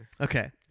Okay